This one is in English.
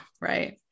right